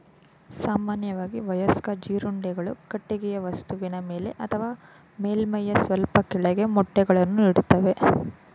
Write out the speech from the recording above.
ಸಾಮಾನ್ಯವಾಗಿ ವಯಸ್ಕ ಜೀರುಂಡೆಗಳು ಕಟ್ಟಿಗೆಯ ವಸ್ತುವಿನ ಮೇಲೆ ಅಥವಾ ಮೇಲ್ಮೈಯ ಸ್ವಲ್ಪ ಕೆಳಗೆ ಮೊಟ್ಟೆಗಳನ್ನು ಇಡ್ತವೆ